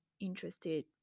interested